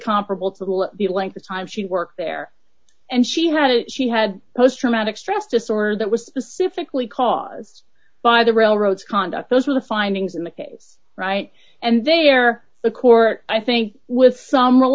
comparable to the length of time she worked there and she had a she had post traumatic stress disorder that was specifically caused by the railroads conduct those are the findings in the case right and there the court i think with some re